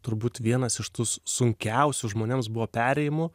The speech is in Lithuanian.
turbūt vienas iš tų sunkiausių žmonėms buvo perėjimų